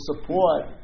support